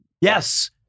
Yes